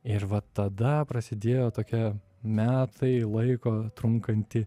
ir vat tada prasidėjo tokia metai laiko trunkanti